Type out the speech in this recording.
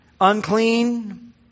unclean